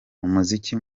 umuziki